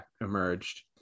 emerged